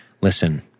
listen